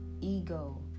ego